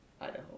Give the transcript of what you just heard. Idaho